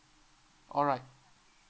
alright